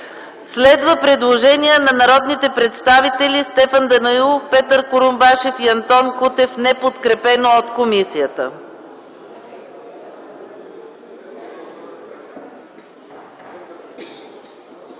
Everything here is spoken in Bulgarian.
Следва предложението на народните представители Стефан Данаилов, Петър Курумбашев и Антон Кутев, неподкрепено от комисията.